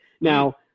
Now